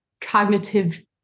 cognitive